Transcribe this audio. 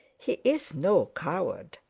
he is no coward,